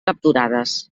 capturades